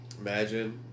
Imagine